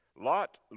Lot